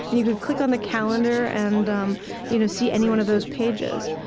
and you could click on the calendar and um you know see any one of those pages.